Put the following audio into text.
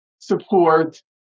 support